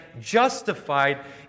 justified